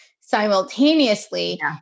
simultaneously